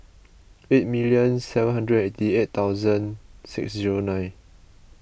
eight minute seven hundred and eighty eight thousand six zero nine